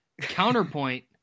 counterpoint